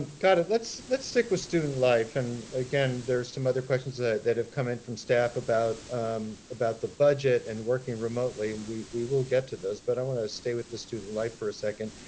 got it. let's let's stick with student life. and again, there's some other questions ah that have come in from staff about um about the budget and working remotely, and we will get to those, but i want to stay with the student life for a second.